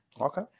Okay